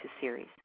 series